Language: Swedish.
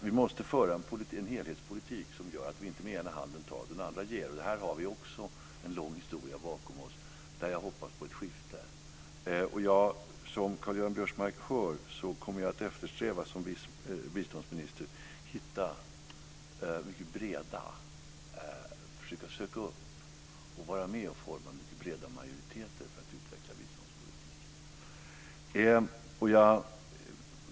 Vi måste föra en helhetspolitik, som gör att vi inte ger med ena handen och tar med den andra. Här har vi också en lång historia bakom oss, där jag hoppas på ett skifte. Som Karl-Göran Biörsmark hör, kommer jag som biståndsminister att eftersträva att söka upp och vara med och forma mycket breda majoriteter för att utveckla biståndspolitiken.